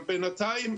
אבל בינתיים,